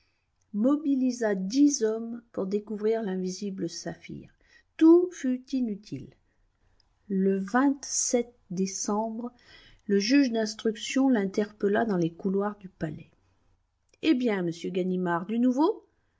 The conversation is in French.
mobilisa dix hommes pour découvrir l'invisible saphir tout fut inutile le vingt-sept décembre le juge d'instruction l'interpella dans les couloirs du palais eh bien monsieur ganimard du nouveau